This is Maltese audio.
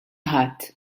ħadd